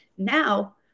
Now